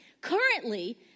Currently